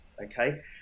okay